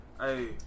Hey